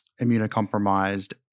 immunocompromised